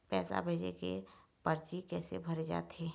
पैसा भेजे के परची कैसे भरे जाथे?